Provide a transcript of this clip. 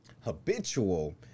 habitual